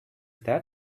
that